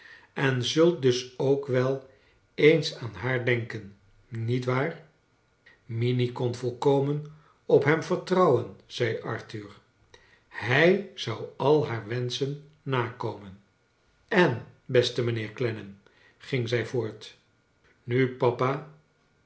en zult dus ook wel eens aan haar denken nietwaar minnie kon volkomen op hem vertrouwen zei arthur hij zou al haar wenschen nakomen en beste mijnheer clennam ging zij voort nu papa